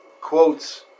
quotes